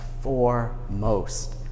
Foremost